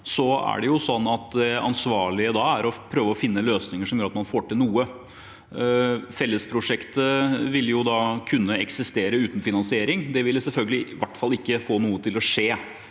det ansvarlig å prøve å finne løsninger som gjør at man får til noe. Fellesprosjektet ville kunne eksistere uten finansiering. Det ville i hvert fall ikke få noe til å skje